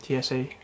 TSA